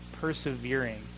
persevering